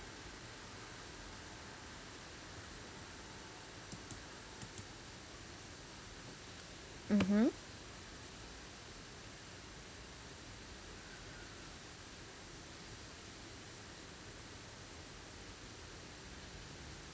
mmhmm